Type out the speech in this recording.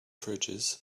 fridges